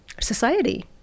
society